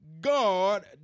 God